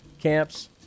camps